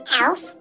elf